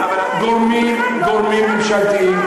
גורמים ממשלתיים,